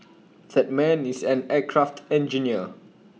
that man is an aircraft engineer